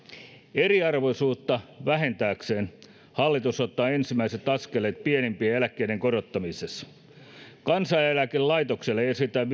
eriarvoisuutta vähentääkseen hallitus ottaa ensimmäiset askeleet pienimpien eläkkeiden korottamisessa kansaneläkelaitokselle esitetään